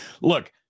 Look